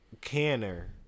Canner